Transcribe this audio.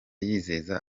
yizeza